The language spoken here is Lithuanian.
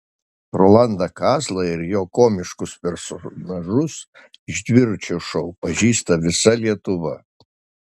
rolandą kazlą ir jo komiškus personažus iš dviračio šou pažįsta visa lietuva